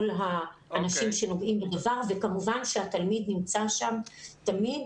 כל האנשים שנוגעים בדבר וכמובן שהתלמיד נמצא שם תמיד,